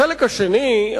החלק השני,